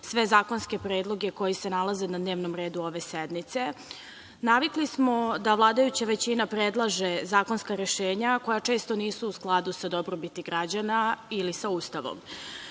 sve zakonske predloge koji se nalaze na dnevnom redu ove sednice. Navikli smo da vladajuća većina predlaže zakonska rešenja koja često nisu u skladu sa dobrobiti građana ili sa Ustavom.